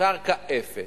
קרקע אפס.